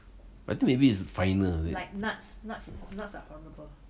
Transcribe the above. I think maybe is finer uh is it